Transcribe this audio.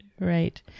right